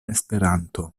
esperanto